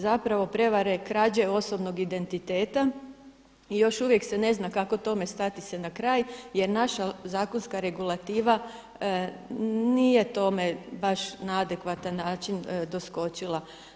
Zapravo prevare, krađe osobnog identiteta i još uvijek se ne zna kako tome stati se na kraj jer naša zakonska regulativa nije tome baš na adekvatan način doskočila.